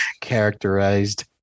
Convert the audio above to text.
characterized